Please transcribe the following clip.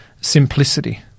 simplicity